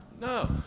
No